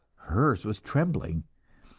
hers was trembling.